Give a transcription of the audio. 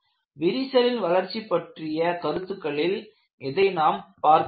விரிசலின் வளர்ச்சி பற்றிய கருத்துகளில் இதனை நாம் பார்த்துள்ளோம்